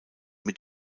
mit